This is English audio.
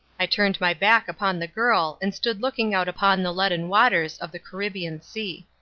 i turned my back upon the girl and stood looking out upon the leaden waters of the caribbean sea.